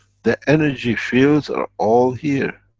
the energy fields are all here,